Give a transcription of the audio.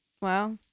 Wow